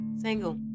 single